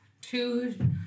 two